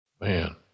man